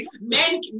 men